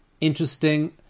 Interesting